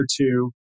two